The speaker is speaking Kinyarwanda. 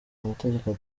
amategeko